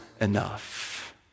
enough